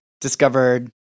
discovered